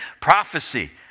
Prophecy